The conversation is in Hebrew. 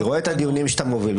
אני רואה את הדיונים שאתה מוביל,